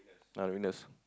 ah witness